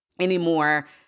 anymore